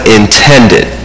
intended